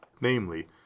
namely